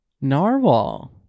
Narwhal